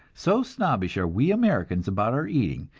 so snobbish are we americans about our eating,